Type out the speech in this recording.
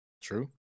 True